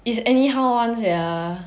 is any anyhow one sia